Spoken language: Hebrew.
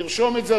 תרשום את זה,